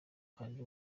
kandi